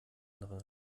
anderen